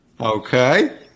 Okay